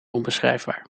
onbeschrijfbaar